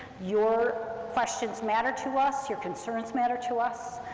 your questions matter to us, your concerns matter to us,